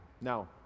Now